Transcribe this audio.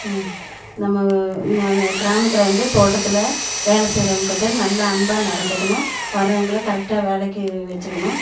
நம்ம கிராமத்தில் வந்து தோட்டத்தில் வேலை செய்கிறவங்கிட்ட நல்ல அன்பாக நடந்துக்கணும் வரவங்களை கரெக்டாக வேலைக்கு வச்சிக்கணும்